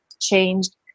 changed